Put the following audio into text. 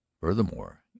furthermore